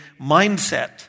mindset